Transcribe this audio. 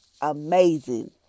amazing